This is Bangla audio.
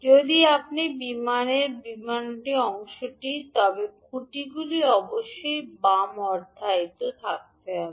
যদি আপনি বিমানের বিমানটি দেখেন তবে খুঁটিগুলি অবশ্যই বাম অর্ধায়িত থাকতে হবে